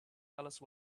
alice